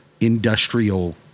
industrial